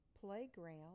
playground